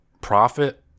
profit